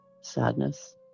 sadness